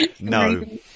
No